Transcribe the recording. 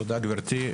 תודה, גברתי.